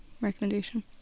Recommendation